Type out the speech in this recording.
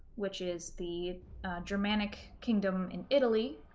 which is the germanic kingdom in italy